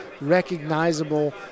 recognizable